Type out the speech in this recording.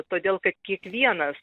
todėl kad kiekvienas